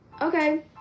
okay